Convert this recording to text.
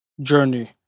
journey